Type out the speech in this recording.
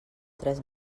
tres